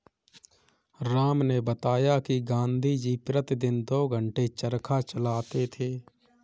राम ने बताया कि गांधी जी प्रतिदिन दो घंटे चरखा चलाते थे